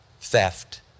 theft